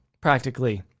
practically